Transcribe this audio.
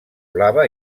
blava